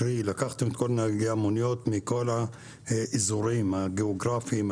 קרי לקחתם את כל נהגי המוניות מכל האזורים הגיאוגרפיים,